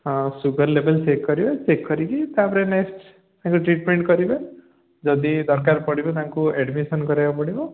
sugar ଲେବୁଲ୍ check କରିବେ କରିକି ତା'ପରେ ନେକ୍ସଟ୍ ଟ୍ରିଟମେଣ୍ଟ୍ କରିବେ ଯଦି ଦରକାର ପଡ଼ିବ ତାଙ୍କୁ ଆଡ଼ମିସନ୍ କରିବାକୁ ପଡ଼ିବ